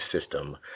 system